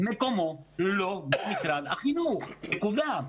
מקומו לא במשרד החינוך, נקודה.